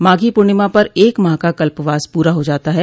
माघी पूर्णिमा पर एक माह का कल्पवास पूरा हो जाता है